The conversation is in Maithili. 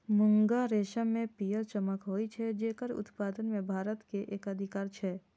मूंगा रेशम मे पीयर चमक होइ छै, जेकर उत्पादन मे भारत के एकाधिकार छै